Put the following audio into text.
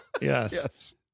yes